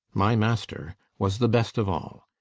my master, was the best of all.